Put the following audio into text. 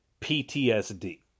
PTSD